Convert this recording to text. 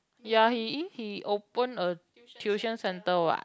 ya he he open a tuition centre what